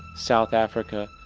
south africa,